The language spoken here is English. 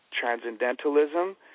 transcendentalism